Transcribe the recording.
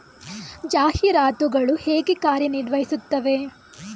ಜಾಹೀರಾತುಗಳು ಹೇಗೆ ಕಾರ್ಯ ನಿರ್ವಹಿಸುತ್ತವೆ?